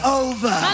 over